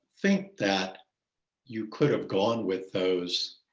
think that you could have gone with those